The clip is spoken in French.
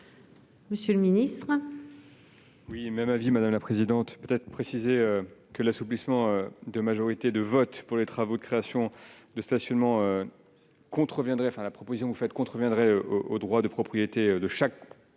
monsieur le ministre